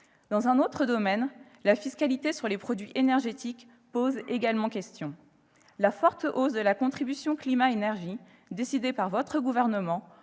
Dans un autre domaine, la fiscalité sur les produits énergétiques pose également question. La forte hausse de la contribution climat-énergie décidée par votre gouvernement,